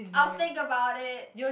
I'll think about it